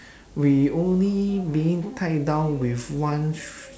we only meaning to tie it down with one str~